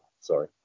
Sorry